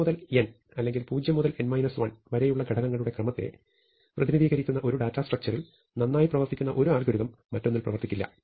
1 മുതൽ n അല്ലെങ്കിൽ 0 മുതൽ n 1 വരെയുള്ള ഘടകങ്ങളുടെ ക്രമത്തെ പ്രതിനിധീകരിക്കുന്ന ഒരു ഡാറ്റസ്ട്രക്ച്ചറിൽ നന്നായി പ്രവർത്തിക്കുന്ന ഒരു അൽഗോരിതം മറ്റൊന്നിൽ പ്രവർത്തിക്കില്ല